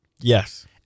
Yes